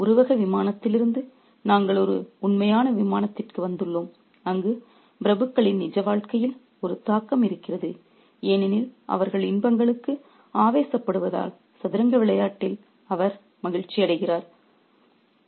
எனவே ஒரு உருவக விமானத்திலிருந்து நாங்கள் ஒரு உண்மையான விமானத்திற்கு வந்துள்ளோம் அங்கு பிரபுக்களின் நிஜ வாழ்க்கையில் ஒரு தாக்கம் இருக்கிறது ஏனெனில் அவர்கள் இன்பங்களுக்கு ஆவேசப்படுவதால் சதுரங்க விளையாட்டில் அவர் மகிழ்ச்சி அடைகிறார்